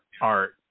art